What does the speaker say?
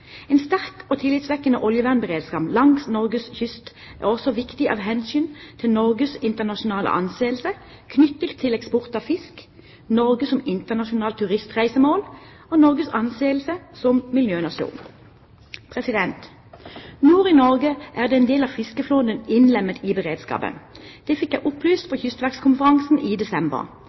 En sterk og tillitvekkende oljevernberedskap langs Norges kyst er også viktig av hensyn til Norges internasjonale anseelse knyttet til eksport av fisk, Norge som internasjonalt turistreisemål og Norges anseelse som miljønasjon. Nord i Norge er en del av fiskeflåten innlemmet i beredskapen, det fikk jeg opplyst på kystverkskonferansen i desember